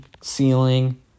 ceiling